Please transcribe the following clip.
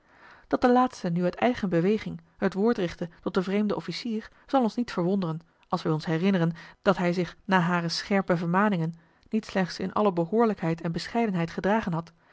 dat de laatste nu uit eigen beweging het woord richtte tot den vreemden officier zal ons niet verwonderen als wij ons herinneren dat hij zich na hare scherpe vermaninge niet slechts in alle behoorlijkheid en bescheidenheid gedragen had